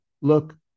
look